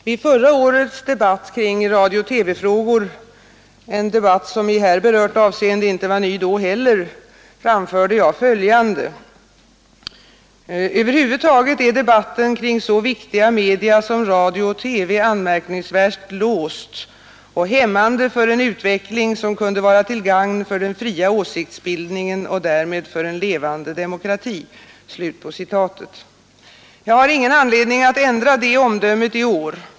Vid förra årets debatt kring radio-TV-frågor — en debatt som i här berört avseende inte var ny då heller — framförde jag följande: ”Över huvud taget är debatten kring så viktiga media som radion och TV anmärkningsvärt låst, och hämmande för en utveckling som kunde vara till gagn för den fria åsiktsbildningen och därmed för den levande demokratin.” Jag har ingen anledning att ändra det omdömet i år.